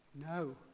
no